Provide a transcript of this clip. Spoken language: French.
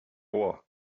roi